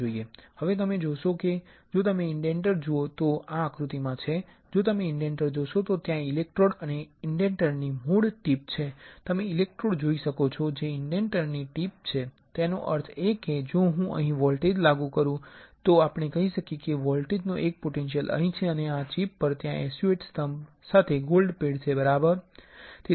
હવે તમે જોશો કે જો તમે ઇંડેન્ટર જુઓ જે આ આક્રુતીમાં છે જો તમે ઇન્ડેન્ટર જોશો તો ત્યાં ઇલેક્ટ્રોડ અને ઇન્ડેન્ટરની મોડ ટીપ છે તમે ઇલેક્ટ્રોડ જોઈ શકો છો જે ઇન્ડેન્ટરની ટીપ છે તેનો અર્થ એ કે જો હું અહીં વોલ્ટેજ લાગુ કરું છું જે આપણે કહી શકીએ કે વોલ્ટેજનો એક પોટેંશિયલ અહીં છે અને ચિપ પર ત્યાં SU8 સ્તંભ સાથે ગોલ્ડ પેડ છે બરાબર